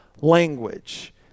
language